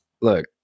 look